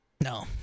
no